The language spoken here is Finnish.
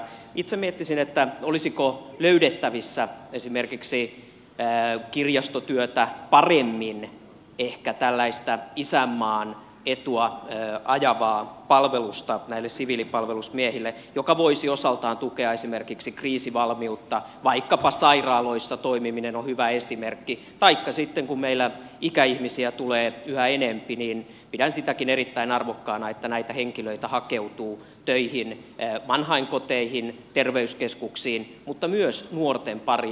itse miettisin olisiko löydettävissä esimerkiksi kirjastotyötä ehkä paremmin isänmaan etua ajavaa palvelusta näille siviilipalvelusmiehille joka voisi osaltaan tukea esimerkiksi kriisivalmiutta vaikkapa sairaaloissa toimiminen on hyvä esimerkki taikka sitten kun meillä ikäihmisiä tulee yhä enempi niin pidän sitäkin erittäin arvokkaana että näitä henkilöitä hakeutuu töihin vanhainkoteihin terveyskeskuksiin mutta myös nuorten pariin